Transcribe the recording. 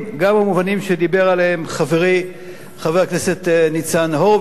גם המובנים שדיבר עליהם חברי חבר הכנסת ניצן הורוביץ,